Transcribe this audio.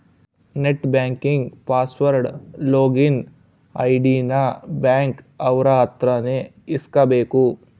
net banking password login ID ನ bank ಅವ್ರ ಅತ್ರ ನೇ ಇಸ್ಕಬೇಕು